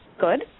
good